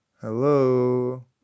Hello